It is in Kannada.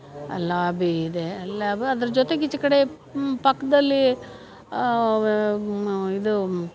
ಲಾಬಿ ಇದೆ ಲ್ಯಾಬ್ ಅದ್ರ ಜೊತೆಗೆ ಈಚೆ ಕಡೆ ಪಕ್ಕದಲ್ಲಿ ಇದು